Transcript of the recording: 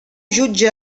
jutge